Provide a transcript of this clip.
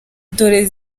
dore